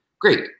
Great